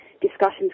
discussions